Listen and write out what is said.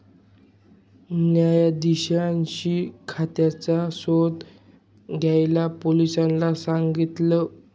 न्यायाधीशांनी खात्याचा शोध घ्यायला पोलिसांना सांगितल